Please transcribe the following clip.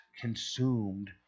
consumed